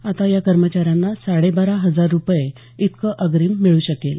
आता या कर्मचाऱ्यांना साडे बारा हजार रूपये इतकं अग्रीम मिळू शकेल